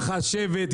החשבת,